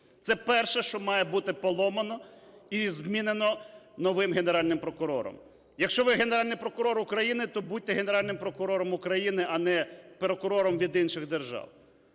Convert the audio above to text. Це перше, що має бути поламано і змінено новим Генеральним прокурором. Якщо ви Генеральний прокурор України, то будьте Генеральним прокурором України, а не прокурором від інших держав.